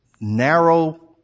narrow